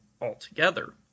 altogether